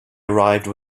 arrived